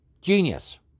Genius